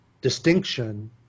distinction